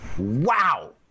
Wow